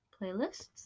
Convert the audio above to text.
playlists